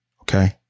Okay